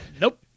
Nope